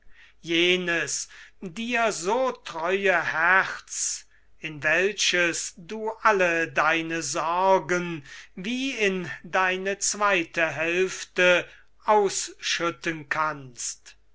jenes dir so treue herz in welches du alle deine sorgen wie in deine zweite hälfte ausschütten kannst